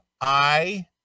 I-